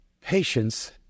Patience